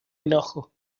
enojo